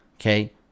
okay